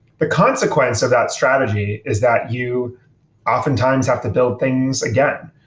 the consequence of that strategy is that you oftentimes have to build things again.